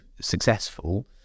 successful